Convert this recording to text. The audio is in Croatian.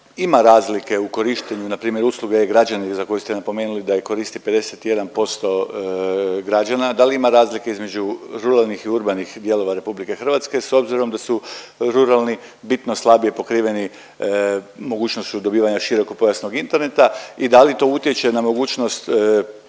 ima razlike u korištenju npr. usluge e-građanin za koju ste napomenuli da je koristi 51% građana, da li ima razlike između ruralnih i urbanih dijelova RH s obzirom da su ruralni bitno slabije pokriveni mogućnošću dobivanja širokopojasnog interneta i da li to utječe na mogućnost